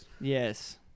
Yes